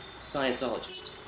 scienceologist